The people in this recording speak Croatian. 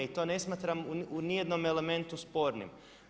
I to ne smatram u nijednom elementu spornim.